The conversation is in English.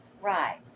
Right